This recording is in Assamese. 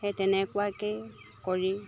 সেই তেনেকুৱাকৈয়ে কৰি